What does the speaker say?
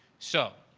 so,